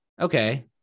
Okay